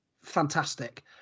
fantastic